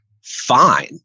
Fine